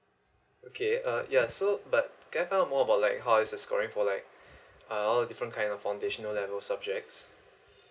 okay uh yeah so but can I know about like how is the scoring for like uh all the different kind of foundational level subjects